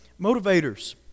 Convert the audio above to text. motivators